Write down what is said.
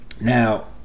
Now